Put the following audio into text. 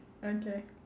okay